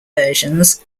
versions